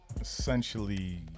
Essentially